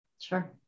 Sure